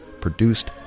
produced